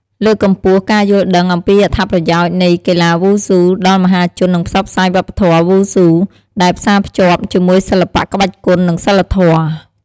លើកកម្ពស់ការយល់ដឹងអំពីអត្ថប្រយោជន៍នៃកីឡាវ៉ូស៊ូដល់មហាជននឹងផ្សព្វផ្សាយវប្បធម៌វ៉ូស៊ូដែលផ្សារភ្ជាប់ជាមួយសិល្បៈក្បាច់គុន និងសីលធម៌។